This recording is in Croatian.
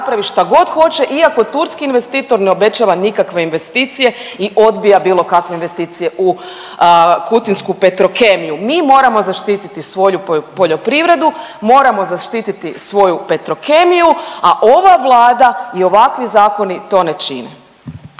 i napravi šta god hoće iako turski investitor ne obećava nikakve investicije i odbija bilo kakve investicije u kutinsku Petrokemiju. Mi moramo zaštiti svoju poljoprivredu, moramo zaštiti svoju Petrokemiju, a ova Vlada i ovakvi zakoni to ne čine.